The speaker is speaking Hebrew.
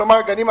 כולנו אומרים.